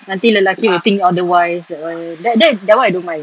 nanti lelaki will think otherwise that one that that one I don't mind